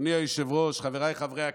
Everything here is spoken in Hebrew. אדוני היושב-ראש, חבריי חברי הכנסת,